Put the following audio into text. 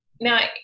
now